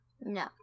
No